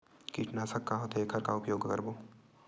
कीटनाशक का होथे एखर का उपयोग करबो?